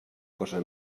cosa